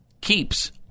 Keeps